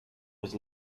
was